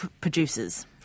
producers